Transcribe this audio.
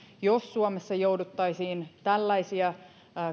jos suomessa jouduttaisiin tällaisia